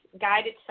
guided